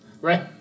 Right